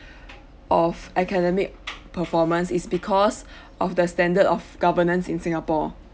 of academic performance is because of the standard of governance in singapore